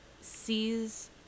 sees